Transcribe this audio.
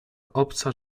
obca